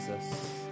Jesus